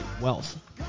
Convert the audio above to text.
wealth